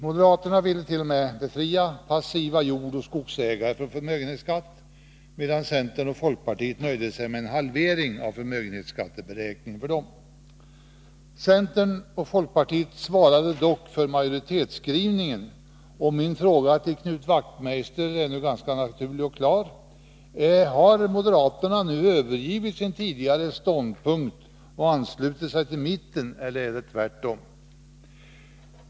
Moderaterna ville t.o.m. befria passiva jordoch skogsägare från förmögenhetsskatt, medan centern och folkpartiet nöjde sig med en halvering av förmögenhetsskatteberäkningen för dem. Min fråga till Knut Wachtmeister är ganska naturlig och klar: Har moderaterna nu övergivit sin tidigare ståndpunkt och anslutit sig till mitten eller är det tvärtom?